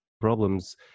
problems